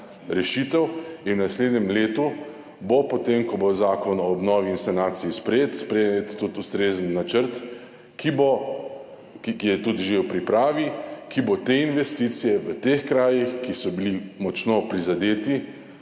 rešitev. In v naslednjem letu bo potem, ko bo sprejet zakon o obnovi in sanaciji, sprejet tudi ustrezen načrt, ki je tudi že v pripravi, ki bo te investicije v teh krajih, ki so bili močno prizadeti,